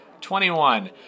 Twenty-one